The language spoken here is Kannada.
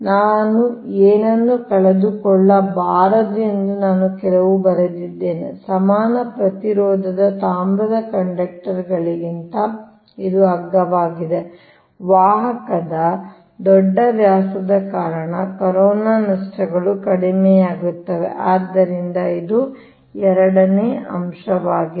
ನಾನು ಏನನ್ನೂ ಕಳೆದುಕೊಳ್ಳಬಾರದು ಎಂದು ನಾನು ಕೆಲವು ಬರೆದಿದ್ದೇನೆ ಸಮಾನ ಪ್ರತಿರೋಧದ ತಾಮ್ರದ ಕಂಡಕ್ಟರ್ಗಳಿಗಿಂತ ಇದು ಅಗ್ಗವಾಗಿದೆ ವಾಹಕದ ದೊಡ್ಡ ವ್ಯಾಸದ ಕಾರಣ ಕರೋನಾ ನಷ್ಟಗಳು ಕಡಿಮೆಯಾಗುತ್ತವೆ ಆದ್ದರಿಂದ ಇದು ಎರಡನೇ ಅಂಶವಾಗಿದೆ